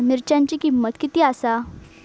मिरच्यांची किंमत किती आसा?